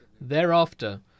Thereafter